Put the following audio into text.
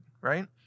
right